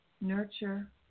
Nurture